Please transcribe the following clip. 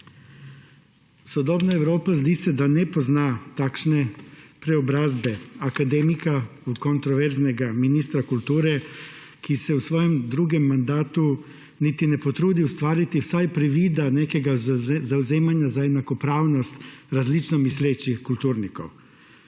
sodobna Evropa ne pozna takšne preobrazbe akademika v kontroverznega ministra kulture, ki se v svojem drugem mandatu niti ne potrudi ustvariti vsaj privida nekega zavzemanja za enakopravnost različno mislečih kulturnikov.